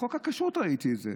בחוק הכשרות ראיתי זה.